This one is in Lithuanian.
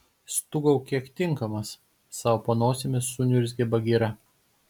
stūgauk kiek tinkamas sau po nosimi suniurzgė bagira